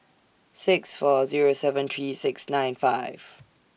six four Zero seven three six nine five